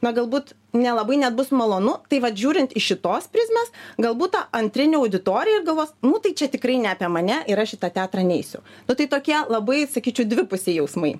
na galbūt nelabai net bus malonu tai vat žiūrint iš šitos prizmės galbūt ta antrinė auditorija galvos nu tai čia tikrai ne apie mane ir aš į tą teatrą neisiu nu tai tokie labai sakyčiau dvipusiai jausmai